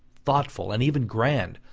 thoughtful, and even grand,